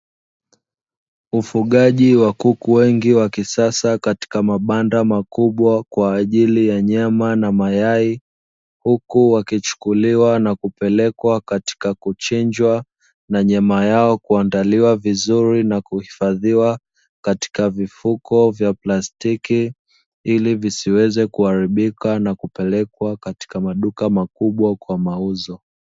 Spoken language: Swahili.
Ufugaji wa kuku wengi wa kisasa katika mabanda makubwa kwa ajili ya nyama na mayai, huku wakichukuliwa na kupelekwa katika kuchinjwa na nyama yao kuandaliwa vizuri na kuhifadhiwa katika vifuko vya plastiki, ili visiweze kuharibika na kupelekwa katika maduka makubwa kwa mauzo.